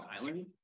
Island